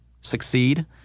succeed